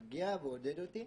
להגיע, ועודד אותי.